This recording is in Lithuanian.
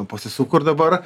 pasisuko ir dabar